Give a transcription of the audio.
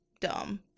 dumb